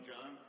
John